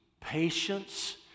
patience